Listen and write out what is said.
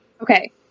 Okay